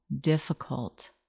difficult